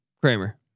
Kramer